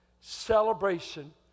celebration